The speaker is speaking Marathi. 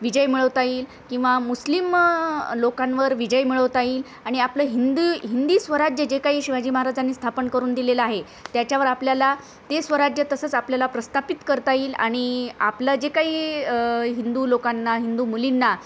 विजय मिळवता येईल किंवा मुस्लिम लोकांवर विजय मिळवता येईल आणि आपलं हिंदू हिंदी स्वराज्य जे काही शिवाजी महाराजांनी स्थापन करून दिलेलं आहे त्याच्यावर आपल्याला ते स्वराज्य तसंच आपल्याला प्रस्थापित करता येईल आणि आपलं जे काही हिंदू लोकांना हिंदू मुलींना